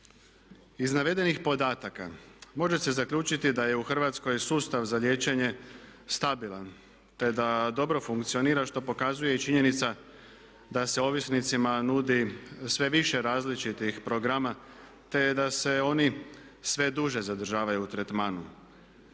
Iz navedenih podataka može se zaključiti da je u Hrvatskoj sustav za liječenje stabilan te da dobro funkcionira što pokazuje i činjenica da se ovisnicima nudi sve više različitih programa te da se oni sve duže zadržavaju u tretmanu.